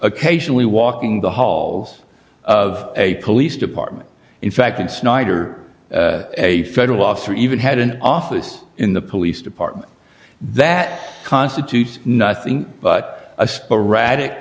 occasionally walking the halls of a police department in fact and snyder a federal officer even had an office in the police department that constitutes nothing but a sporadic